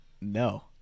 No